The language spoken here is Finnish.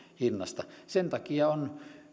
hinnasta sen takia on